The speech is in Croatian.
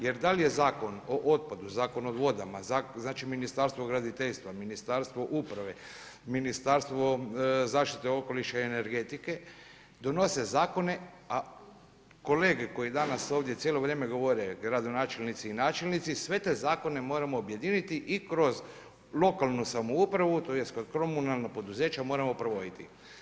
Jel da li je Zakon o otpadu, Zakon o vodama, znači Ministarstvo graditeljstva, Ministarstvo uprave, Ministarstvo zaštite okoliša i energetike donose zakone, a kolege koji danas ovdje cijelo vrijeme govore gradonačelnici i načelnici sve te zakone moramo objediniti i kroz lokalnu samoupravu tj. kroz komunalna poduzeća moramo provoditi.